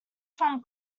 from